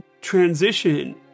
transition